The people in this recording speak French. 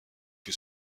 que